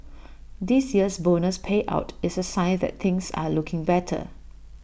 this year's bonus payout is A sign that things are looking better